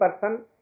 person